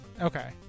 Okay